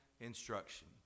instruction